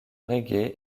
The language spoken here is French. reggae